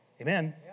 Amen